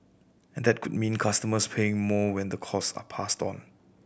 and that could mean customers paying more when the costs are passed on